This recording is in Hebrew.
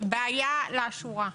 הבעיה לאשורה.